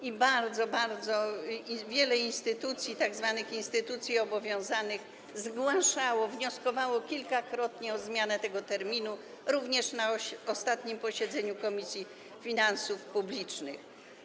I bardzo, bardzo dużo instytucji, tzw. instytucji obowiązanych, zgłaszało to, wnioskowało kilkakrotnie o zmianę tego terminu, również na ostatnim posiedzeniu Komisji Finansów Publicznych.